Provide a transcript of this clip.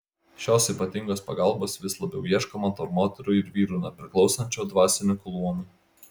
šios ypatingos pagalbos vis labiau ieškoma tarp moterų ir vyrų nepriklausančių dvasininkų luomui